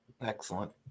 Excellent